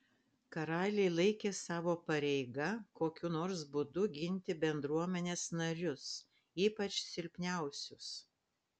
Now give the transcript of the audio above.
karaliai laikė savo pareiga kokiu nors būdu ginti bendruomenės narius ypač silpniausius